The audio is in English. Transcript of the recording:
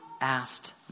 asked